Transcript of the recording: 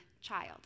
child